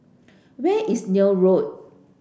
where is Neil Road